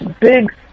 big